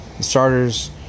starters